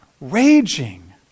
raging